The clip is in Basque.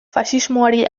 faxismoari